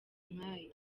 nkayo